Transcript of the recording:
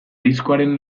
diskoaren